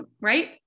right